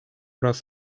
raz